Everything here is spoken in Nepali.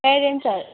प्यारेन्ट्सहरू